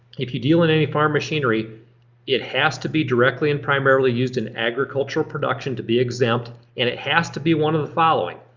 if you deal in any farm machinery it has to be directly and primarily used in agricultural production to be exempt and it has to be one of the following.